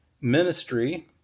ministry